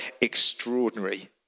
extraordinary